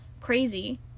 crazy